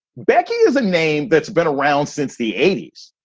becky is a name that's been around since the eighty s.